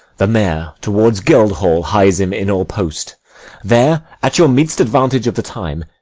the mayor towards guildhall hies him in all post there, at your meet'st advantage of the time,